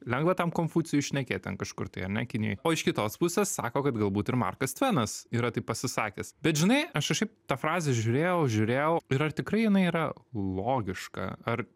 lengva tam konfucijui šnekėt ten kažkur tai ar ne kinijoje o iš kitos pusės sako kad galbūt ir markas tvenas yra taip pasisakęs bet žinai aš kažkaip tą frazę žiūrėjau žiūrėjau ir ar tikrai jinai yra logiška ar